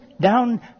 down